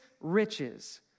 riches